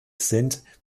sind